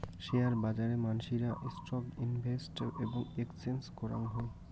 share বাজারে মানসিরা stock invest এবং এক্সচেঞ্জ করাং হই